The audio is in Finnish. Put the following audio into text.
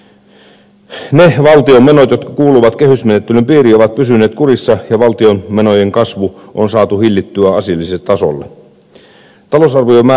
ne valtion menot jotka kuuluvat kehysmenettelyn piiriin ovat pysyneet kurissa ja valtion menojen kasvu on saatu hillittyä asialliselle tasolle